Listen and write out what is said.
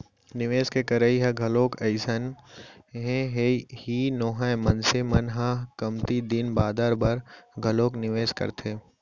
निवेस के करई ह घलोक अइसने ही नोहय मनसे मन ह कमती दिन बादर बर घलोक निवेस करथे